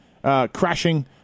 crashing